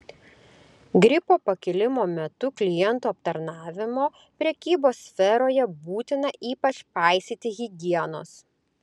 gripo pakilimo metu klientų aptarnavimo prekybos sferoje būtina ypač paisyti higienos